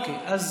אוקיי, אז